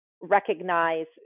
recognize